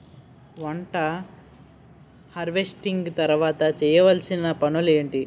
పంట హార్వెస్టింగ్ తర్వాత చేయవలసిన పనులు ఏంటి?